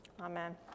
Amen